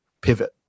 pivot